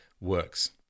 works